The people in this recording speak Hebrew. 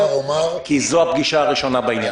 כי זאת הפגישה הראשונה בעניין.